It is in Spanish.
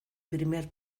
primer